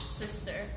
sister